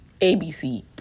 abc